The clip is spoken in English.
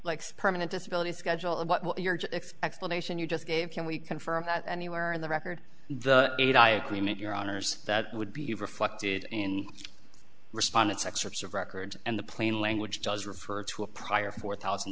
like permanent disability schedule of your explanation you just gave can we confirm that anywhere in the record the eight i agreement your honour's that would be reflected in respondents excerpts of records and the plain language does refer to a prior four thousand